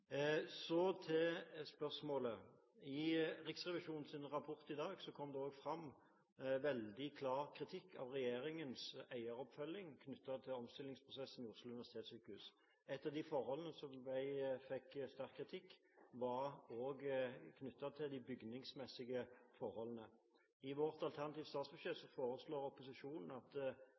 Så til spørsmålet: I Riksrevisjonens rapport i dag kom det også fram veldig klar kritikk av regjeringens eieroppfølging knyttet til omstillingsprosessen ved Oslo universitetssykehus. Et av de forholdene som fikk sterk kritikk, var også knyttet til de bygningsmessige forholdene. I vårt alternative statsbudsjett foreslår vi at